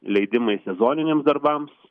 leidimai sezoniniams darbams